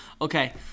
okay